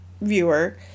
viewer